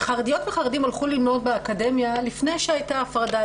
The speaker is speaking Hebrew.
חרדיות וחרדים הלכו ללמוד באקדמיה לפני שהייתה הפרדה,